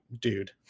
dude